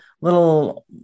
little